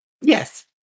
Yes